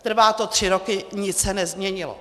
Trvá to tři roky, nic se nezměnilo.